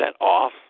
off